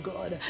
God